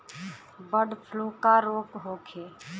Bird flu का रोग होखे?